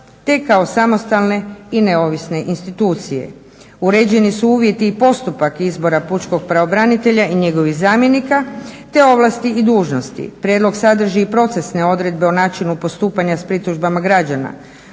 te kao samostalne i neovisne institucije. Uređeni su uvjeti i postupak izbora pučkog pravobranitelja i njegovih zamjenika, te ovlasti i dužnosti. Prijedlog sadrži i procesne odredbe o načinu postupanja s pritužbama građana.